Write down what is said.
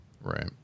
Right